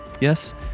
Yes